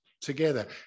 together